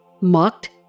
mocked